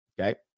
Okay